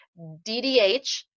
DDH